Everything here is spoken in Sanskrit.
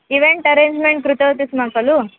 इवेण्ट् अरेञ्ज्मेण्ट् कृतवती स्म खलु